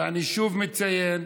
ואני שוב מציין,